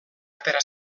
atera